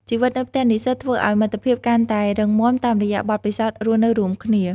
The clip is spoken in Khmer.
ជីវិតនៅផ្ទះនិស្សិតធ្វើឲ្យមិត្តភាពកាន់តែរឹងមាំតាមរយៈបទពិសោធន៍រស់នៅរួមគ្នា។